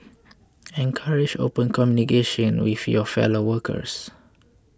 encourage open communication with your fellow workers